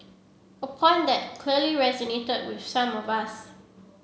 a point that clearly resonated with some of us